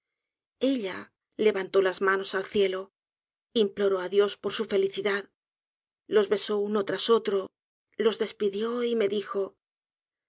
ella levantó las manos al cielo imploró á dios por su felicidad los besó uno tras otro los despidió y me dijo